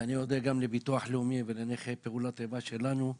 ואני אודה גם לביטוח לאומי ולנכי פעולות איבה שלנו,